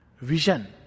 vision